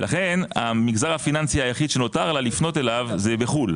לכן המגזר פיננסי היחיד שנותר לה לפנות אליו זה בחו"ל,